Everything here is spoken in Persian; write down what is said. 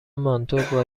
مانتو، با